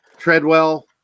Treadwell